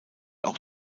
auch